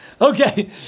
Okay